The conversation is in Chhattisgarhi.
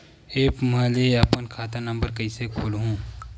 एप्प म ले अपन खाता नम्बर कइसे खोलहु?